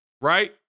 right